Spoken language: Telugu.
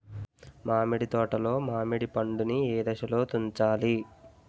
మామిడి తోటలో మామిడి పండు నీ ఏదశలో తుంచాలి?